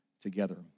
together